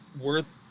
worth